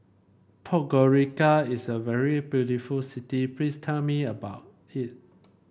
podgorica is a very beautiful city please tell me about it